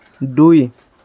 দুই